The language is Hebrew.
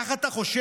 ככה אתה חושב?